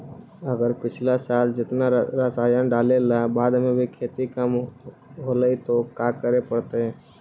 अगर पिछला साल जेतना रासायन डालेला बाद भी खेती कम होलइ तो का करे पड़तई?